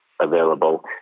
available